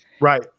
Right